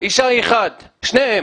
לאישה אחת שני בנים.